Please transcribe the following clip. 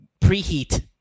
preheat